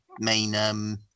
main